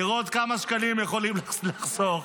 לראות כמה שקלים יכולים לחסוך.